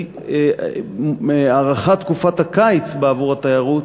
כי הארכת תקופת הקיץ בעבור התיירות,